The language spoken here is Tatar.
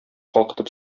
калкытып